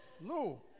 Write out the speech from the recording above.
No